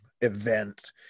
event